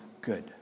good